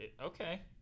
Okay